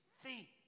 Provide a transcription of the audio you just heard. feet